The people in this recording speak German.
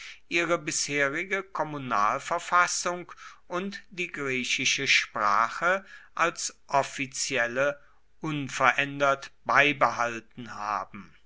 ihre bisherige kommunalverfassung und die griechische sprache als offizielle unverändert beibehalten haben